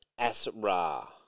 Asra